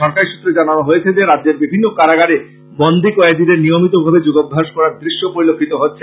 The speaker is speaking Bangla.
সরকারী সূত্রে জানানো হয়েছে যে রাজ্যের বিভিন্ন কারাগারে বন্দি কয়েদীদের নিয়মিত ভাবে যোগাভ্যাস করার দশ্য পরিলক্ষিত হচ্ছে